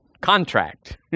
contract